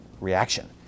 reaction